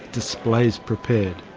displays prepared.